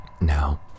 Now